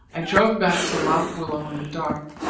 i drove back to lock willow in the dark